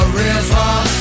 river